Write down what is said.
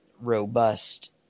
robust